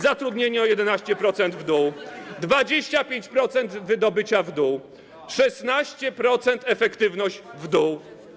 Zatrudnienie o 11% w dół, o 25% wydobycie w dół, o 16% efektywność w dół.